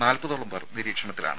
നാൽപതോളം പേർ നിരീക്ഷണത്തിലാണ്